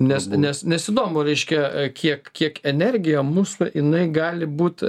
nes ne įdomu reiškia kiek kiek energija musų jinai gali būti